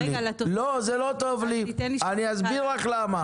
אני אסביר לך למה.